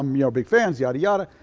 um you know, big fans, yada yada.